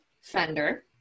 Fender